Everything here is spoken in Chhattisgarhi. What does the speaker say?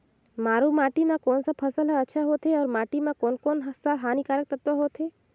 मारू माटी मां कोन सा फसल ह अच्छा होथे अउर माटी म कोन कोन स हानिकारक तत्व होथे?